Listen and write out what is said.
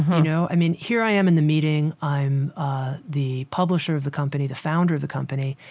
you know? i mean, here i am in the meeting. i'm the publisher of the company, the founder of the company.